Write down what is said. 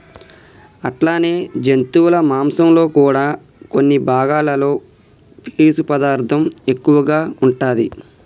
అట్లనే జంతువుల మాంసంలో కూడా కొన్ని భాగాలలో పీసు పదార్థం ఎక్కువగా ఉంటాది